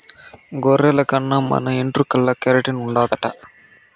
గొర్రెల కన్ని మన ఎంట్రుకల్ల కెరటిన్ ఉండాదట